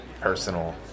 personal